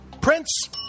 Prince